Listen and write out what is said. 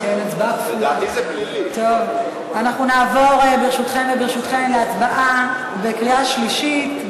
וברשותכן, נעבור להצבעה בקריאה שלישית.